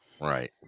right